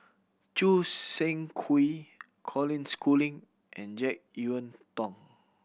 Choo Seng Quee Colin Schooling and Jek Yeun Thong